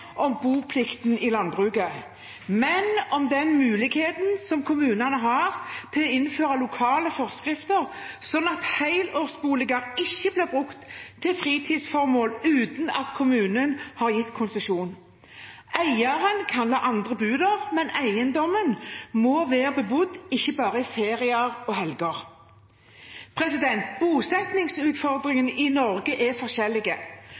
om boplikten i landbruket, men om den muligheten som kommunene har til å innføre lokale forskrifter slik at helårsboliger ikke blir brukt til fritidsformål uten at kommunen har gitt konsesjon. Eieren kan la andre bo der, men eiendommen må være bebodd, ikke bare i ferier og helger. Bosettingsutfordringene i Norge er forskjellige.